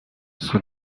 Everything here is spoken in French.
sont